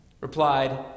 replied